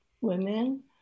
women